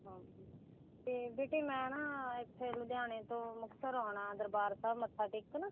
ਹਾਂ ਤੇ ਬੇਟੇ ਮੈਂ ਨਾ ਇੱਥੇ ਲੁਧਿਆਣੇ ਤੋਂ ਮੁਕਤਸਰ ਆਉਣਾ ਦਰਬਾਰ ਸਾਹਿਬ ਮੱਥਾ ਟੇਕਣ